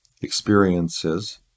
experiences